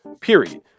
period